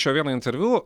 iš jo vieno interviu